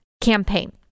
campaign